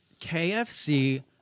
KFC